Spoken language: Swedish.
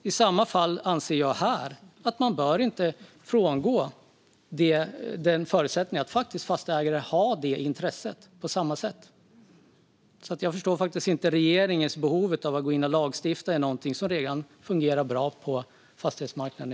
På samma sätt anser jag att man här inte bör frångå förutsättningen att fastighetsägare faktiskt har det intresset. Jag förstår alltså inte regeringens behov av att gå in och lagstifta om någonting som redan i dag fungerar bra på fastighetsmarknaden.